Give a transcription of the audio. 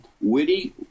witty